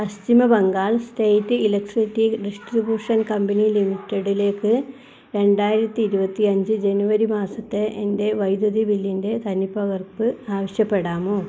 പശ്ചിമ Bengal state electricity distribution company ലിമിറ്റഡിലേക്ക് രണ്ടായിരത്തി ഇരുപത്തി അഞ്ച് ജനുവരി മാസത്തെ എൻ്റെ വൈദ്യുതി ബില്ലിൻ്റെ തനിപ്പകർപ്പ് ആവശ്യപ്പെടാമോ